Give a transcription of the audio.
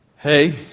Hey